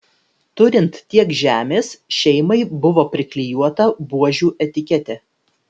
turint tiek žemės šeimai buvo priklijuota buožių etiketė